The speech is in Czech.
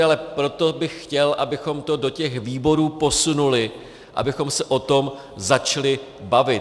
Ale proto bych chtěl, abychom to do těch výborů posunuli, abychom se o tom začali bavit.